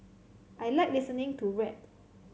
I like listening to rap